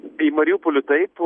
į mariupolį taip